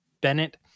Bennett